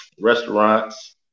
restaurants